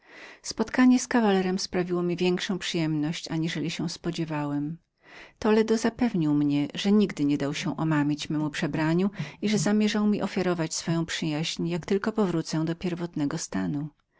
spotkanie moje z kawalerem sprawiło mi większą przyjemność aniżeli się spodziewałem toledo zapewnił mnie że nigdy nie dał się omamić memu przebraniu i że zamierzał mi swoją przyjaźń jak tylko powrócę do pierwotnego stanu